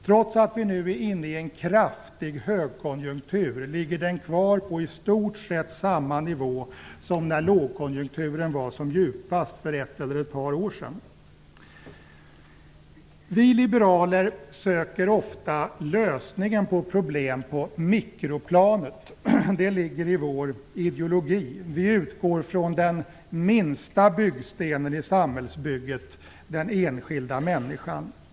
Trots att vi nu är inne in en kraftig högkonjunktur ligger den kvar på i stort sett samma nivå som när lågkonjunkturen var som djupast för ett par år sedan. Vi liberaler söker ofta lösningen på problem på mikroplanet. Det ligger i vår ideologi. Vi utgår från den minsta byggstenen i samhällsbygget, den enskilda människan.